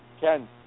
Ken